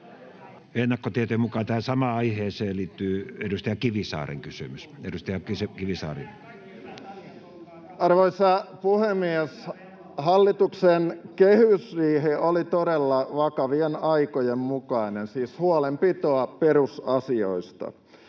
Ennakkotietojen mukaan tähän samaan aiheeseen liittyy edustaja Kivisaaren kysymys. — Edustaja Kivisaari. Arvoisa puhemies! Hallituksen kehysriihi oli todella vakavien aikojen mukainen, siis huolenpitoa perusasioista.